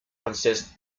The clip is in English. consists